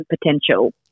potential